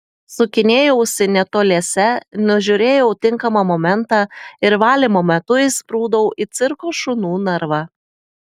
sukinėjausi netoliese nužiūrėjau tinkamą momentą ir valymo metu įsprūdau į cirko šunų narvą